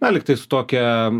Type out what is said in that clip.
na lyg tai su tokia